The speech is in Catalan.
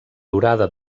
durada